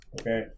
Okay